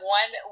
one